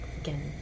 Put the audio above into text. Again